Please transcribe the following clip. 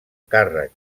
càrrec